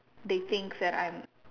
they think that I'm